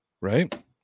Right